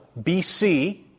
BC